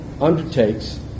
undertakes